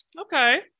Okay